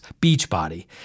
Beachbody